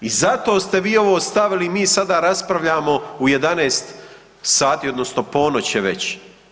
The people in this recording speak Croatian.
I zato ste vi ovo stavili, mi sada raspravljamo u 11 sati odnosno ponoć će već.